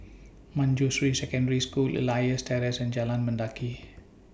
Manjusri Secondary School Elias Terrace and Jalan Mendaki